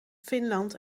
finland